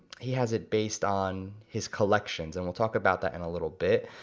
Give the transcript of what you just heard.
he has it based on his collections, and we'll talk about that in a little bit.